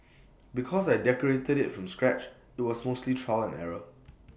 because I decorated IT from scratch IT was mostly trial and error